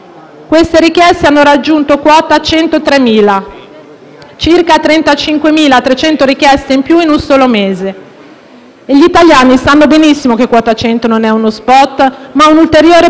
queste richieste hanno raggiunto quota 103.000: circa 35.300 richieste in più in un solo mese. Gli italiani sanno benissimo che quota 100 non è uno *spot* ma un'ulteriore promessa